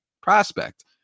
prospect